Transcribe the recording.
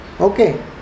Okay